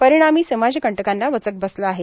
परिणामी समाजकंटकांना वचक बसला आहे